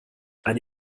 eine